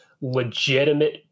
legitimate